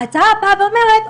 ההצעה באה ואומרת,